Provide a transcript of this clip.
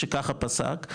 שככה פסק,